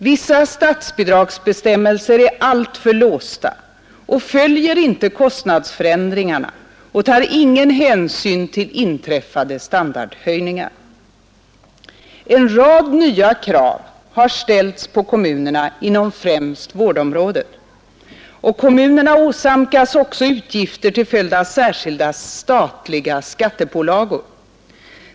Vissa statsbidragsbestämmelser är alltför låsta och följer inte kostnadsförändringarna och tar ingen hänsyn till inträffade standardhöjningar. En rad nya krav har ställts på kommunerna inom främst vårdområdet. Och kommunerna åsamkas också utgifter till följd av särskilda statliga skattepålagor.